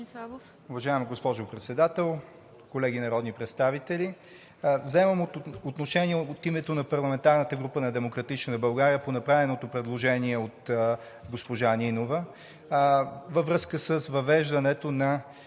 Уважаема госпожо Председател, колеги народни представители! Взимам отношение от името на парламентарната група на „Демократична България“ по направеното предложение от госпожа Нинова във връзка с въвеждането на